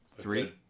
three